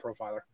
profiler